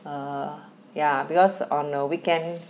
err yeah because on the weekend